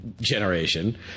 generation